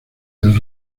del